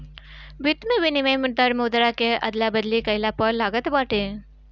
वित्त में विनिमय दर मुद्रा के अदला बदली कईला पअ लागत बाटे